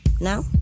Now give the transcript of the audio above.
Now